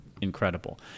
incredible